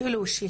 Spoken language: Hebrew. אפילו לי,